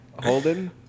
Holden